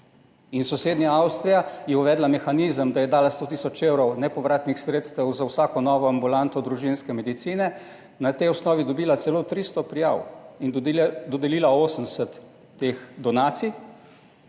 Sosednja Avstrija je uvedla mehanizem, da je dala 100 tisoč evrov nepovratnih sredstev za vsako novo ambulanto družinske medicine, na tej osnovi je dobila celo 300 prijav in dodelila 80 teh donacij,